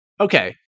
Okay